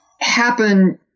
happen